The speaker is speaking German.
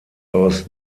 aus